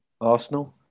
Arsenal